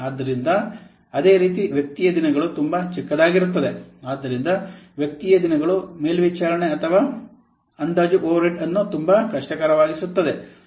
ಆದ್ದರಿಂದ ಅದೇ ರೀತಿ ವ್ಯಕ್ತಿಯ ದಿನಗಳು ತುಂಬಾ ಚಿಕ್ಕದಾಗಿರುತ್ತವೆ ಆದ್ದರಿಂದ ವ್ಯಕ್ತಿಯ ದಿನಗಳು ಮೇಲ್ವಿಚಾರಣೆ ಮತ್ತು ಅಂದಾಜು ಓವರ್ಹೆಡ್ ಅನ್ನು ತುಂಬಾ ಕಷ್ಟಕರವಾಗಿಸುತ್ತದೆ